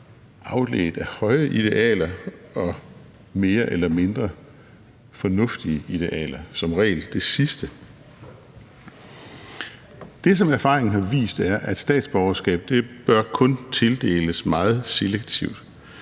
afledt af høje idealer og mere eller mindre fornuftige idealer, som regel det sidste. Det, som erfaringen har vist, er, at statsborgerskab kun bør tildeles meget selektivt,